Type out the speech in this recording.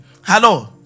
Hello